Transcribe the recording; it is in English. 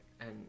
And-